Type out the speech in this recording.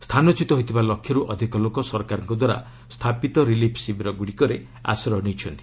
ସ୍ଥାନଚ୍ୟୁତ ହୋଇଥିବା ଲକ୍ଷେରୁ ଅଧିକ ଲୋକ ସରକାରଙ୍କଦ୍ୱାରା ସ୍ଥାପିତ ରିଲିଫ୍ ଶିବିରଗୁଡ଼ିକରେ ଆଶ୍ରୟ ନେଇଛନ୍ତି